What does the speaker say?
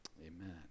amen